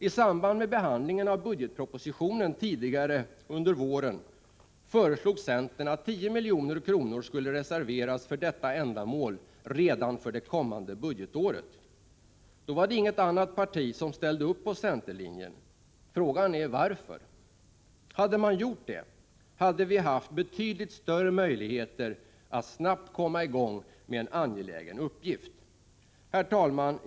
I samband med behandlingen av budgetpropositionen tidigare under våren föreslog centern att 10 milj.kr. skulle reserveras för detta ändamål redan för det kommande budgetåret. Då var det inget annat parti som ställde upp på centerlinjen! Frågan är: Varför? Hade man gjort det, hade vi haft betydligt större möjligheter att snabbt komma i gång med en angelägen uppgift. Herr talman!